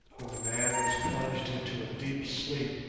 when the man was plunged into a deep sleep,